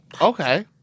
Okay